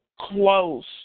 close